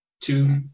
two